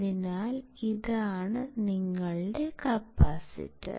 അതിനാൽ ഇതാണ് നിങ്ങളുടെ കപ്പാസിറ്റർ